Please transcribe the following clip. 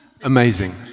amazing